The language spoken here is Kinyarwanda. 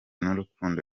n’urukundo